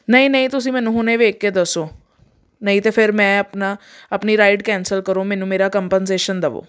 ਨਹੀਂ ਨਹੀਂ ਤੁਸੀਂ ਮੈਨੂੰ ਹੁਣੇ ਦੇਖ ਕੇ ਦੱਸੋ ਨਹੀਂ ਤਾਂ ਫਿਰ ਮੈਂ ਆਪਣਾ ਆਪਣੀ ਰਾਈਡ ਕੈਂਸਲ ਕਰੋ ਮੈਨੂੰ ਮੇਰਾ ਕੰਪਨਸੇਸ਼ਨ ਦੇਵੋ